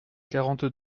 quarante